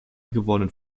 gewordenen